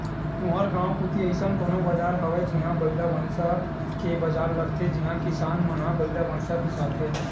तुँहर गाँव कोती अइसन कोनो बजार हवय जिहां बइला भइसा के बजार लगथे जिहां किसान मन ह बइला भइसा बिसाथे